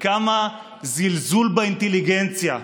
וכמה זלזול באינטליגנציה,